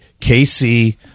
KC